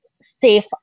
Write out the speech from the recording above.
safe